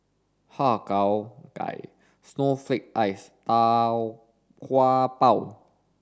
Har Cheong Gai Snowflake Ice and Tau Kwa Pau